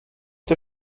der